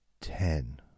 Ten